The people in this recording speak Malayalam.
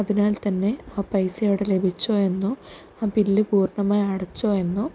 അതിനാൽ തന്നെ ആ പൈസ അവിടെ ലഭിച്ചോ എന്നോ ആ ബിൽ പൂർണ്ണമായി അടച്ചോ എന്നോ